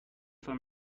for